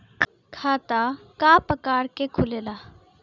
खाता क प्रकार के खुलेला?